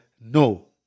no